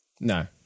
No